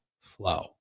flow